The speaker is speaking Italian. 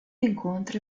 incontra